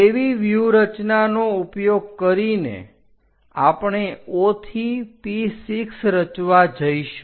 તેવી વ્યૂહરચનાનો ઉપયોગ કરીને આપણે O થી P6 રચવા જઈશું